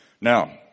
Now